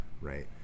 right